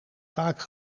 vaak